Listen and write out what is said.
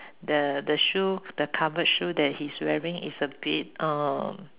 the the shoe the covered shoe that he's wearing is a bit uh